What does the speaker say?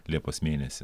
liepos mėnesį